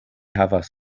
havas